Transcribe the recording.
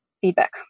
feedback